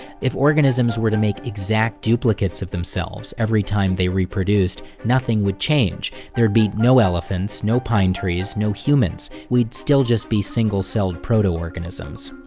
if organisms were to make exact duplicates of themselves every time they reproduced, nothing would change. there'd be no elephants, no pine trees, no humans we'd still just be single-celled proto-organisms.